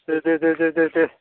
दे दे दे दे दे